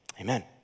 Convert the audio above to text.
Amen